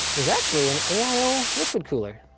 is actually an aio liquid cooler.